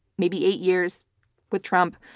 maybe eight years with trump,